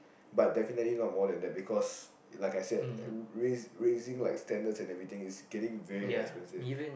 but definitely not more than that because like I said raise raising like standards and everything is getting very expensive